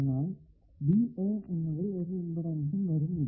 എന്നാൽ എന്നതിൽ ഒരു ഇമ്പിഡൻസും വരുന്നില്ല